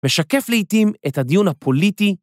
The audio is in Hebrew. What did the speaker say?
משקף לעתים את הדיון הפוליטי